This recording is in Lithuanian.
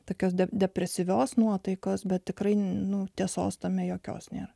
tokios depresyvios nuotaikos bet tikrai nu tiesos tame jokios nėra